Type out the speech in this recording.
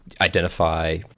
identify